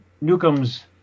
Newcomb's